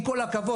עם כל הכבוד,